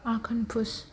आघोन पुष